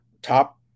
top